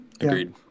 Agreed